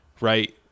right